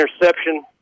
interception